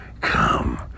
come